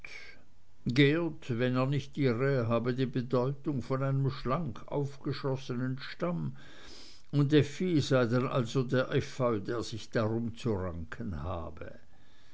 wenn er nicht irre habe die bedeutung von einem schlank aufgeschossenen stamm und effi sei dann also der efeu der sich darumzuranken habe